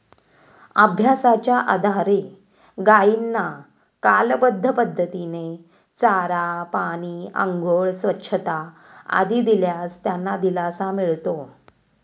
अभ्यासाच्या आधारे गायींना कालबद्ध पद्धतीने चारा, पाणी, आंघोळ, स्वच्छता आदी दिल्यास त्यांना दिलासा मिळतो